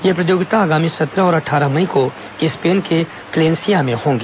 यह प्रतियोगिता आगामी सत्रह और अट्ठारह मई को स्पेन के वलेसिया में होगी